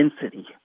density